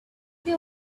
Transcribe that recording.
they